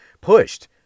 pushed